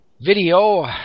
video